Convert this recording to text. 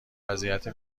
وضعیت